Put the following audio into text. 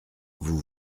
vous